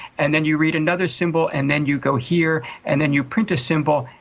and then you read another symbol and then you go here, and then you print a symbol,